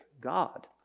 God